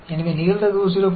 और इसलिए प्रोबेबिलिटी 03 है